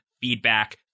feedback